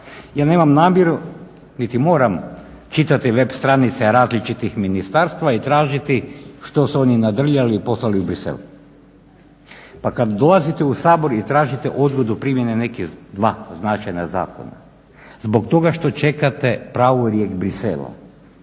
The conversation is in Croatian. Ja nema namjeru, niti moram čitati web stranice različitih ministarstava i tražiti što su oni nadrljali i poslali u Bruxelles. Pa kad dolazite u Sabor i tržite odgodu primjene nekih dva značajan zakona, zbog toga što čekate pravorijek Bruxellesa.